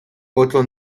otro